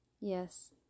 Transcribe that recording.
Yes